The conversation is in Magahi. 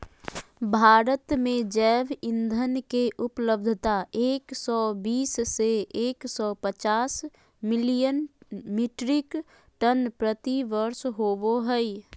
भारत में जैव ईंधन के उपलब्धता एक सौ बीस से एक सौ पचास मिलियन मिट्रिक टन प्रति वर्ष होबो हई